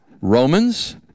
Romans—